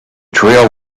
trail